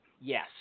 Yes